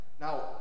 Now